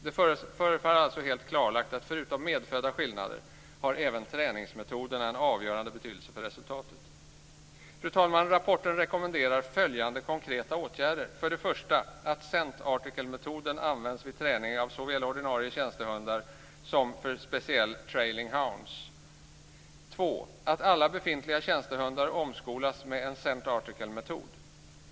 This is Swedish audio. Det förefaller alltså helt klarlagt att inte bara medfödda skillnader utan även träningsmetoderna har en avgörande betydelse för resultatet. Fru talman! Rapporten rekommenderar följande konkreta åtgärder: För det första att scent articlemetoden används vid träning av såväl ordinarie tjänstehundar som speciella trailing hounds. För det andra att alla befintliga tjänstehundar omskolas med en scent article-metod.